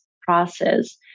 process